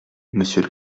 monsieur